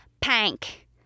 Pank